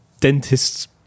dentist's